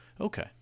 okay